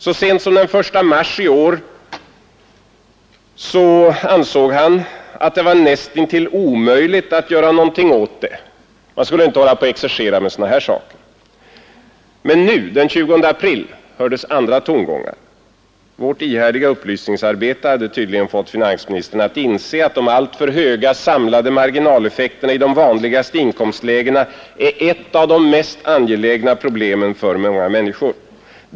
Så sent som den 1 mars i år ansåg han att det var nästintill omöjligt att göra någonting åt det — man skulle inte hålla på och exercera med sådana här saker. Men nu, den 20 april, hördes andra tongångar. Vårt ihärdiga upplysningsarbete hade tydligen fått finansministern att inse att de alltför höga, samlade marginaleffekterna i de vanligaste inkomstlägena är ett av de mest angelägna problemen för många människor.